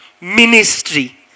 Ministry